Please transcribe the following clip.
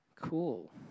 Cool